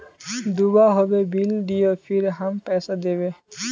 दूबा होबे बिल दियो फिर हम पैसा देबे?